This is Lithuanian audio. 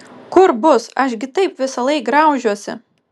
kur bus aš gi taip visąlaik graužiuosi